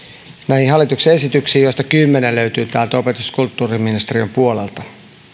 näihin hallituksen esityksiin yhteensä satakolmetoista muutosehdotusta joista kymmenen löytyy täältä opetus ja kulttuuriministeriön puolelta